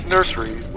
Nursery